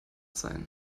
sein